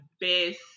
best